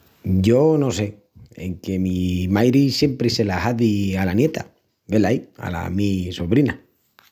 Yo no sé, enque mi mairi siempri se las hazi ala nieta, velaí, ala mi sobrina.